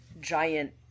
giant